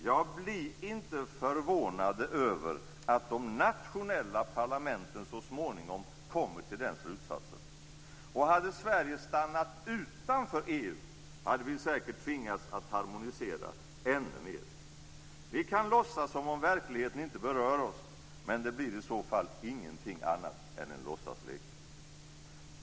Ja, bli inte förvånade över att de nationella parlamenten så småningom kommer till den slutsatsen. Och om Sverige hade stannat utanför EU, hade vi säkert tvingats harmonisera ännu mer. Vi kan låtsas som om verkligheten inte berör oss, men det blir i så fall ingenting annat än en låtsaslek.